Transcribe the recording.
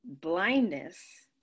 blindness